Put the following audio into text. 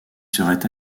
seraient